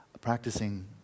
practicing